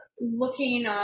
looking